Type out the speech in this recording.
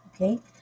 Okay